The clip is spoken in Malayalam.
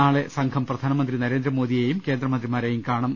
നാളെ സംഘം പ്രധാനമന്ത്രി നരേന്ദ്രമോ ദിയെയും കേന്ദ്രമന്ത്രിമാരെയും കാണും